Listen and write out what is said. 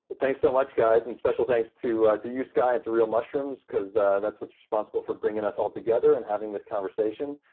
but thanks so much, guys. and special thanks to to you, skye, and to real mushrooms cause that's what's responsible for bringing us all together and having this conversation.